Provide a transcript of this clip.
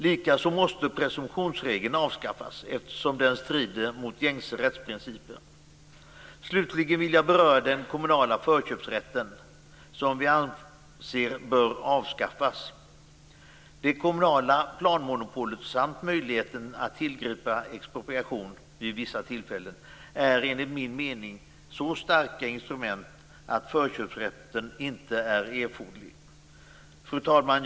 Likaså måste presumtionsregeln avskaffas eftersom den strider mot gängse rättsprinciper. Slutligen vill jag beröra den kommunala förköpsrätten, som vi anser bör avskaffas. Det kommunala planmonopolet samt möjligheten att tillgripa expropriation vid vissa tillfällen är enligt min mening så starka instrument att förköpsrätten inte är erforderlig. Fru talman!